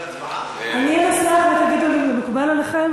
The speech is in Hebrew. אני אנסח ותגידו לי אם זה מקובל עליכם.